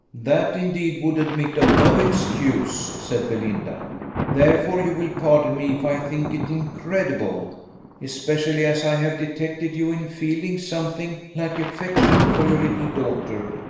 that indeed would admit of no excuse, said belinda therefore you will pardon me if i think it incredible especially as i have detected you in feeling something like affection for your little daughter,